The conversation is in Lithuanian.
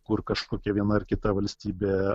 kur kažkokia viena ar kita valstybė